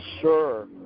sure